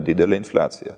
didelę infliaciją